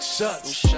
Shots